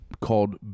called